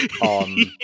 on